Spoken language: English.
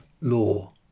Law